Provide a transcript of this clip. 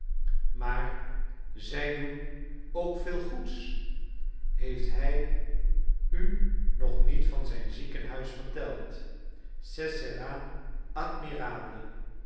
maar zij doen ook veel goeds heeft hij u nog niet van zijn ziekenhuis verteld ce sera